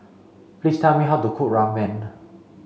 please tell me how to cook Ramyeon